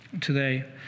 today